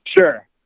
Sure